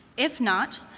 if not,